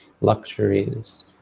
luxuries